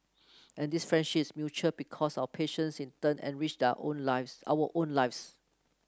and this friendship is mutual because our patients in turn enrich that own lives our own lives